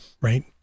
right